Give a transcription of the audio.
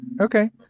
Okay